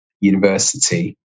University